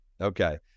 Okay